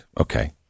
Okay